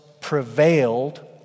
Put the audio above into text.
prevailed